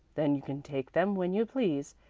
then you can take them when you please,